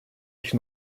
ich